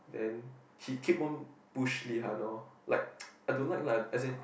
then he keep on push Lee-Han lor like I don't like lah as in